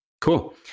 Cool